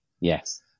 Yes